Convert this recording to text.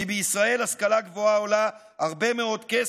כי בישראל השכלה גבוהה עולה הרבה מאוד כסף,